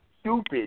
stupid